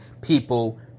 people